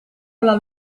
alla